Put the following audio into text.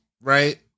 right